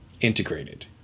Integrated